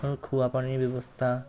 খোৱা পানীৰ ব্যৱস্থা